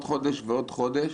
עוד חודש ועוד חודש.